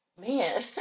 man